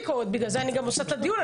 ביקורת, בגלל זה אני עושה את הדיון.